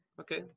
Okay